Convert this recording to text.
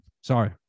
sorry